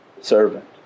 servant